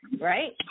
right